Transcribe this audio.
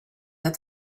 that